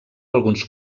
alguns